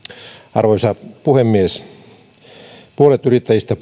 arvoisa puhemies puolet yrittäjistä